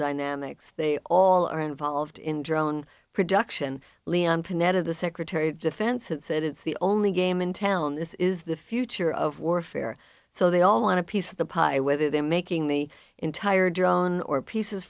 dynamics they all are involved in drone production leon panetta the secretary of defense and said it's the only game in town this is the future of warfare so they all want to piece of the pie whether they're making the entire drone or pieces